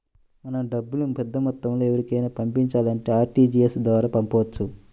మనం డబ్బుల్ని పెద్దమొత్తంలో ఎవరికైనా పంపించాలంటే ఆర్టీజీయస్ ద్వారా పంపొచ్చు